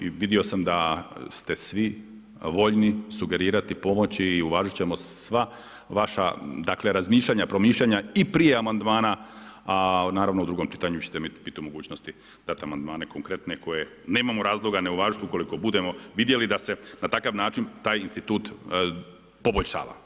I vidio sam da ste svi voljni sugerirati, pomoći i uvažiti ćemo sva vaša dakle razmišljanja, promišljanja i prije amandmana a naravno u 2 čitanju ćete biti u mogućnosti dati amandmane konkretne koje nemamo razloga ne uvažiti ukoliko budemo vidjeli da se na takav način taj institut poboljšava.